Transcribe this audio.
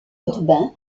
urbain